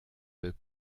peut